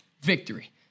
victory